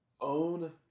own